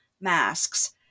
masks